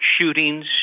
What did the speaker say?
shootings